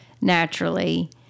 naturally